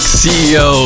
ceo